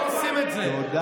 זה נכון.